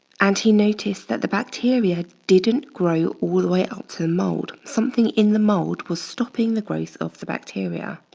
and he noticed that the bacteria didn't grow all the way up to the mold. something in the mold was stopping the growth of the bacteria.